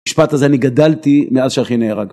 במשפט הזה אני גדלתי מאז שאחי נהרג